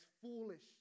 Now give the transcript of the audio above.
foolish